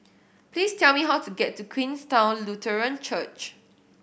please tell me how to get to Queenstown Lutheran Church